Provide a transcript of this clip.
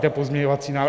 To je pozměňovací návrh.